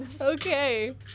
Okay